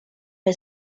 for